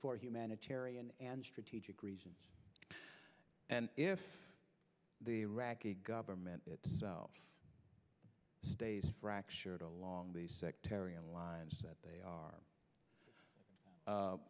for humanitarian and strategic reasons and if the iraqi government stays fractured along the sectarian lines that they are